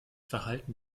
verhalten